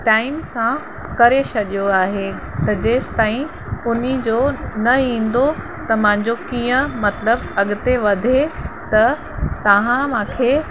time सां करे छॾियो आहे त जेसीं ताईं हुनजो न ईंदो त मांजो कीअं मतलबु अॻिते वधे त तव्हां मांखे